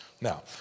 Now